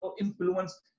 influence